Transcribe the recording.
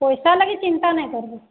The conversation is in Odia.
ପଇସା ଲାଗି ଚିନ୍ତା ନାଇ କରିବୁ